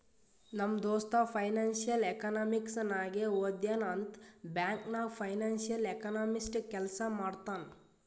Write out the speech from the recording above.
ನಮ್ ದೋಸ್ತ financial economics ನಾಗೆ ಓದ್ಯಾನ್ ಅಂತ್ ಬ್ಯಾಂಕ್ ನಾಗ್ ಫೈನಾನ್ಸಿಯಲ್ ಎಕನಾಮಿಸ್ಟ್ ಕೆಲ್ಸಾ ಮಾಡ್ತಾನ್